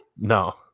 No